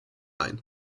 ein